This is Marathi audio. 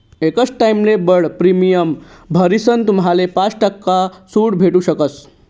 एकच टाइमले बठ्ठ प्रीमियम भरीसन तुम्हाले पाच टक्का सूट भेटू शकस